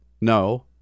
No